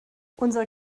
unser